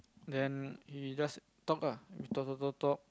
then he just talk ah we talk talk talk talk